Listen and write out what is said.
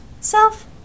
self